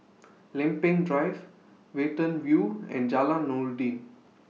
Lempeng Drive Watten View and Jalan Noordin